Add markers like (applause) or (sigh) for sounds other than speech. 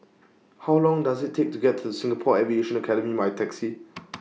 How Long Does IT Take to get to Singapore Aviation Academy By Taxi (noise)